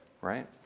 Right